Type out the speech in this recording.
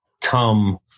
come